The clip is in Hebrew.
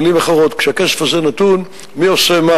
במלים אחרות, כשהכסף הזה נתון, מי עושה מה